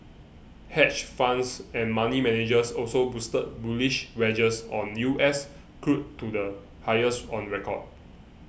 hedge funds and money managers also boosted bullish wagers on U S crude to the highest on record